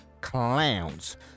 clowns